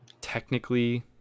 technically